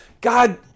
God